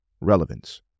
Relevance